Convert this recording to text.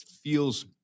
feels